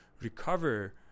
recover